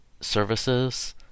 services